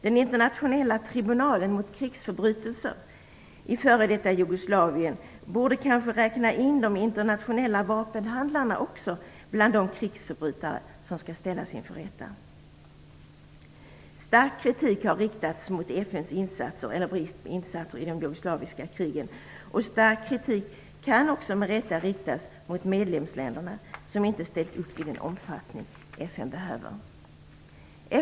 Den internationella tribunalen mot krigsförbrytelser i f.d. Jugoslavien borde kanske räkna in även de internationella vapenhandlarna bland de krigsförbrytare som skall ställas inför rätta. Stark kritik har riktats mot FN:s insatser eller brist på insatser i de jugoslaviska krigen. Stark kritik kan med rätta också riktas mot medlemsländerna, som inte har ställt upp i den omfattning FN behövt.